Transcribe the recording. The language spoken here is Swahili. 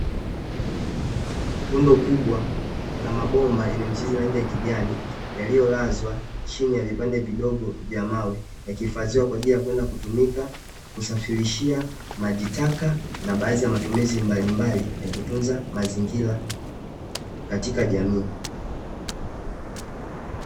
Rundo kubwa la mabomba yenye michirizi ya rangi ya kijani, yaliyolazwa chini ya vipande vidogo vya mawe, yakihifadhiwa kwa ajili ya kwenda kutumika kusafirishia maji taka na baadhi ya matumizi mbalimbali ya kutunza mazingira katika jamii.